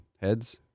heads